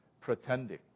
pretending